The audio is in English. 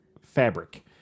fabric